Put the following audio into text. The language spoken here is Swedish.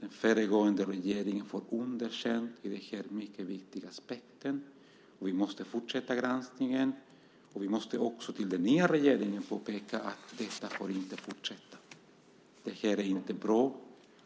Den föregående regeringen får underkänt från den här mycket viktiga aspekten. Vi måste fortsätta granskningen. Vi måste också påpeka för den nya regeringen att detta inte får fortsätta, för det här är inte bra.